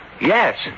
Yes